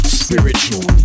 spiritual